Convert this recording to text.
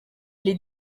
les